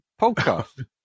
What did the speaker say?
podcast